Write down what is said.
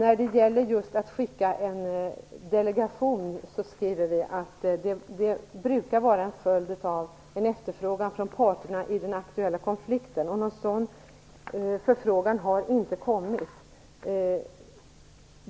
I frågan om att skicka i väg en delegation skriver vi att en sådan brukar vara en följd av en förfrågan från parterna i den aktuella konflikten, och någon sådan förfrågan har inte kommit.